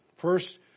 first